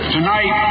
Tonight